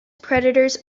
predators